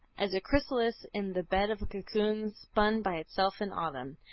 as a chrysalis in the bed of cocoon spun by itself in autumn.